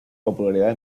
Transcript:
popularidad